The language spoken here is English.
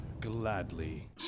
Gladly